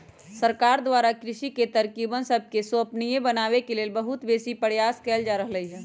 सरकार द्वारा कृषि के तरकिब सबके संपोषणीय बनाबे लेल बहुत बेशी प्रयास कएल जा रहल हइ